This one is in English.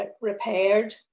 repaired